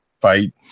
fight